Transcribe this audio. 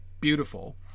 beautiful